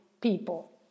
people